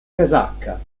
casacca